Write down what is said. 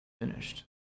Finished